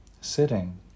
sitting